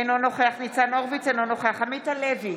אינו נוכח ניצן הורוביץ, אינו נוכח עמית הלוי,